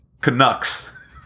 Canucks